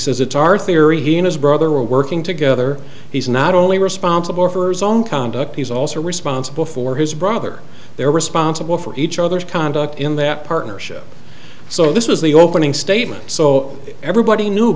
says it's our theory he and his brother are working together he's not only responsible for his own conduct he's also responsible for his brother they're responsible for each other's conduct in that partnership so this was the opening statement so everybody knew